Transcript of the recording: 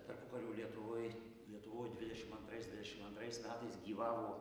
tarpukario lietuvoj lietuvoj dvidešim antrais dvidešim antrais metais gyvavo